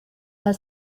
her